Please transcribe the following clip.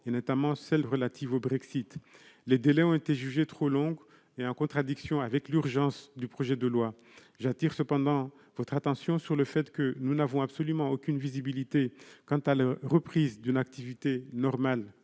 notamment s'agissant du Brexit. Les délais ont été jugés trop longs et contradictoires avec l'urgence du projet de loi. J'attire cependant votre attention sur le fait que nous n'avons absolument aucune visibilité quant à la reprise d'une activité « normale